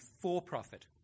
for-profit